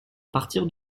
partir